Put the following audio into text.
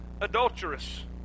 adulterous